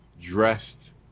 dressed